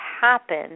happen